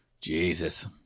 Jesus